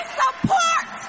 support